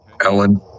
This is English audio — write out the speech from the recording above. Ellen